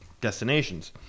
destinations